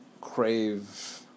crave